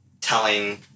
telling